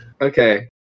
Okay